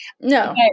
No